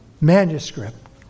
manuscript